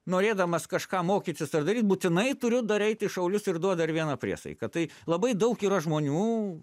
norėdamas kažką mokytis ar daryt būtinai turiu dar eit į šaulius ir duot dar vieną priesaiką tai labai daug yra žmonių